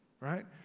Right